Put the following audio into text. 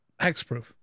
Hexproof